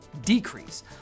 decrease